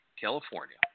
California